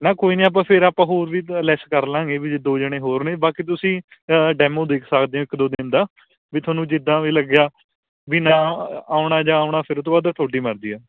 ਨਾ ਕੋਈ ਨਹੀਂ ਆਪਾਂ ਫਿਰ ਆਪਾਂ ਹੋਰ ਵੀ ਲੈਸ ਕਰ ਲਵਾਂਗੇ ਵੀ ਜੇ ਦੋ ਜਣੇ ਹੋਰ ਨੇ ਬਾਕੀ ਤੁਸੀਂ ਡੈਮੋ ਦੇਖ ਸਕਦੇ ਹੋ ਇੱਕ ਦੋ ਦਿਨ ਦਾ ਵੀ ਤੁਹਾਨੂੰ ਜਿੱਦਾਂ ਵੀ ਲੱਗਿਆ ਵੀ ਨਾ ਆਉਣਾ ਜਾਂ ਆਉਣਾ ਫਿਰ ਉਹ ਤੋਂ ਬਾਅਦ ਤੁਹਾਡੀ ਮਰਜ਼ੀ ਆ